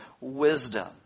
wisdom